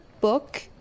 book